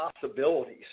possibilities